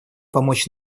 помочь